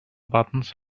buttons